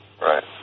Right